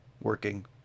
Working